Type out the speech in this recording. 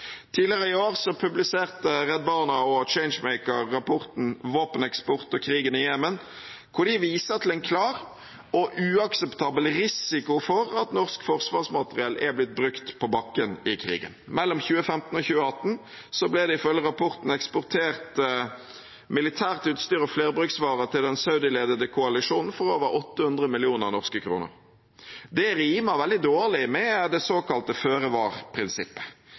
Tidligere i år publiserte Redd Barna og Changemaker rapporten Våpeneksport og krigen i Jemen, hvor de viser til en klar og uakseptabel risiko for at norsk forsvarsmateriell er blitt brukt på bakken i krigen. Mellom 2015 og 2018 ble det ifølge rapporten eksportert militært utstyr og flerbruksvarer til den saudiledede koalisjonen for over 800 mill. norske kroner. Det rimer veldig dårlig med det såkalte